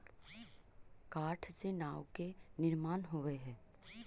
काठ से नाव के निर्माण होवऽ हई